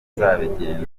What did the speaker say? nzabigenza